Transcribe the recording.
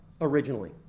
originally